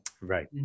Right